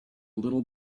little